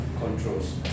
controls